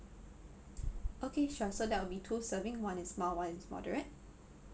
okay sure so that will be two serving one is mild one is moderate